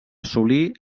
assolir